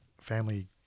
family